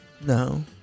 No